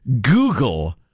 Google